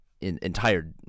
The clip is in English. entire